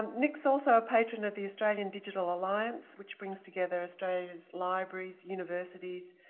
um nick's also a patron of the australian digital alliance, which brings together australia's libraries, universities.